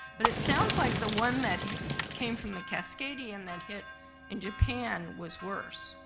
but it sounds like the one that came from the cascadian that hit in japan was worse.